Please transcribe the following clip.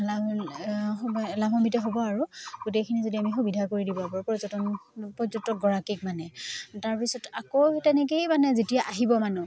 লাভম্বিত হ'ব আৰু গোটেইখিনি যদি আমি সুবিধা কৰি দিব পাৰোঁ পৰ্যটন পৰ্যটক গৰাকীক মানে তাৰপিছত আকৌ তেনেকেই মানে যেতিয়া আহিব মানুহ